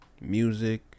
music